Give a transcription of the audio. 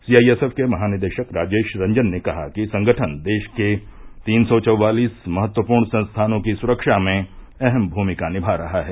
CISF के महानिदेशक राजेश रंजन ने कहा कि संगठन देश के तीन सौ चौवालिस महत्वपूर्ण संस्थानों की सुरक्षा में अहम भूमिका निभा रहा है